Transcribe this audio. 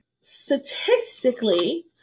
statistically